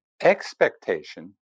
Expectation